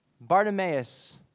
Bartimaeus